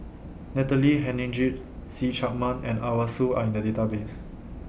Natalie Hennedige See Chak Mun and Arasu Are in The Database